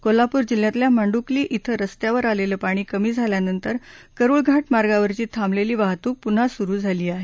कोल्हापूर जिल्ह्यातल्या मांडुकली इथं रस्त्यावर आलेलं पाणी कमी झाल्यानंतर करूळ घाट मार्गावरची थांबवलेली वाहतुक पुन्हा सुरु झाली आहे